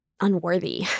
unworthy